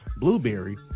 Blueberry